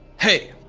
Hey